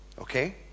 Okay